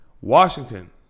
Washington